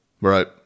Right